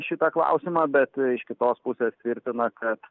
šitą klausimą bet iš kitos pusės tvirtina kad